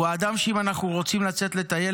הוא האדם שאם אנחנו רוצים לצאת לטייל,